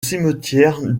cimetière